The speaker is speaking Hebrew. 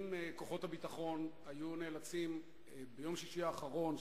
אם כוחות הביטחון היו נאלצים ביום שישי האחרון,